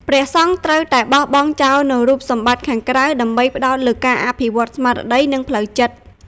ព្រះសង្ឃត្រូវតែបោះបង់ចោលនូវរូបសម្បត្តិខាងក្រៅ ដើម្បីផ្តោតលើការអភិវឌ្ឍន៍ស្មារតី និងផ្លូវចិត្ត។